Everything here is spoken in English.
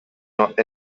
not